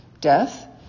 death